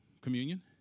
communion